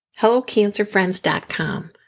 HelloCancerFriends.com